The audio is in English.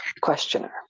questioner